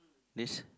this